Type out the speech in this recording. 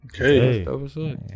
Okay